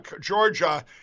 Georgia